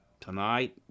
tonight